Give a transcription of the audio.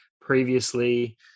previously